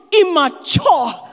immature